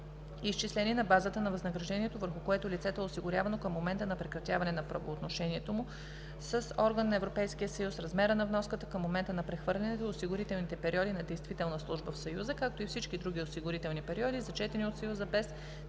изчислени на базата на възнаграждението, върху което лицето е осигурявано към момента на прекратяване на правоотношението му с орган на Европейския съюз, размера на вноската към момента на прехвърлянето и осигурителните периоди на действителна служба в Съюза, както и всички други осигурителни периоди, зачетени от Съюза, без тези